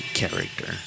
character